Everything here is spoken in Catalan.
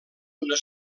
una